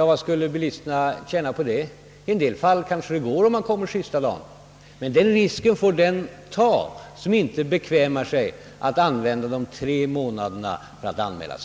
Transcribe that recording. Vad skulle bilisterna tjäna på att man satte en särskild tid? I en del fall kanske det går om han kommer sista dagen. Men den här risken får den ta som inte bekvämar sig att anmäla sig i god tid under dessa tre månader.